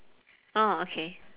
oh okay